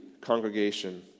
congregation